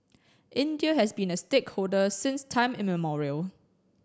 India has been a stakeholder since time immemorial